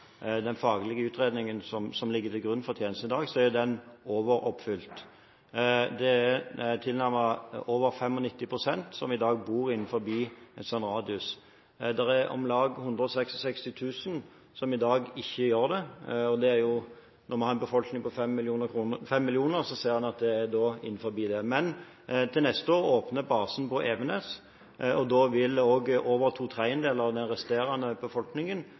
den faglige utredningen som ligger til grunn for tjenesten i dag: Den er overoppfylt. Det er tilnærmet over 95 pst. som i dag bor innenfor en slik radius. Det er om lag 166 000 som i dag ikke gjør det, og når man har en befolkning på 5 millioner, ser man at dette er innenfor. Men til neste år åpner basen på Evenes, og da vil også over to tredjedeler av den resterende befolkningen